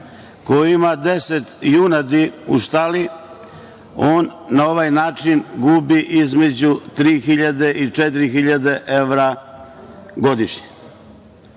koji ima 10 junadi u štali, on na ovaj način gubi između 3.000 i 4.000 evra godišnje.